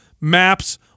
maps